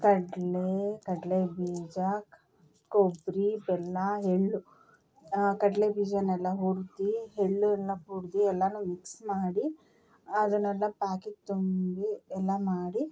ಕಡಲೆ ಕಡಲೆಬೀಜ ಕ ಕೊಬ್ಬರಿ ಬೆಲ್ಲ ಎಳ್ಳು ಕಡಲೆಬೀಜನೆಲ್ಲ ಹುರ್ದು ಎಳ್ಳನ್ನು ಹುರ್ದಿ ಎಲ್ಲಾ ಮಿಕ್ಸ್ ಮಾಡಿ ಅದನ್ನೆಲ್ಲ ಪ್ಯಾಕಿಗೆ ತುಂಬಿ ಎಲ್ಲ ಮಾಡಿ